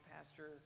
Pastor